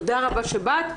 תודה רבה שבאת,